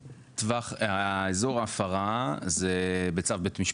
אזור ההפרה זה בצו בית משפט.